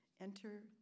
Enter